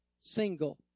single